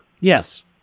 Yes